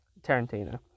Tarantino